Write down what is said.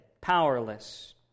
powerless